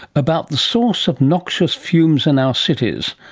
about the source of noxious fumes in our cities.